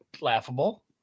laughable